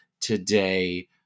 today